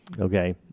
Okay